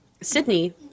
Sydney